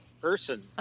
person